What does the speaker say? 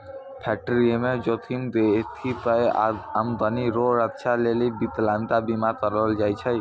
फैक्टरीमे जोखिम देखी कय आमदनी रो रक्षा लेली बिकलांता बीमा करलो जाय छै